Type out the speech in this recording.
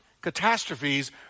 catastrophes